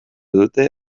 dute